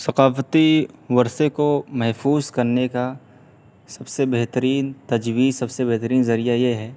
ثقافتی ورثے کو محفوظ کرنے کا سب سے بہترین تجویز سب سے بہترین ذریعہ یہ ہے